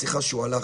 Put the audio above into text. סליחה שהוא הלך,